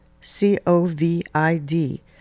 C-O-V-I-D